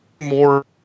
more